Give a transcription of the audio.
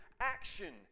action